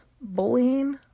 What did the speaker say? bullying